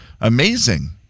amazing